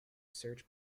search